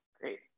Great